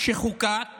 שחוקק